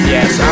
Yes